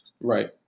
Right